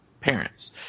parents